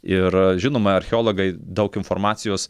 ir žinoma archeologai daug informacijos